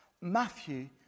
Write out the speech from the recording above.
Matthew